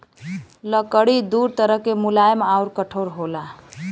लकड़ी दू तरह के मुलायम आउर कठोर होला